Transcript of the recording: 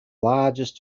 largest